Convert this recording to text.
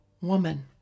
woman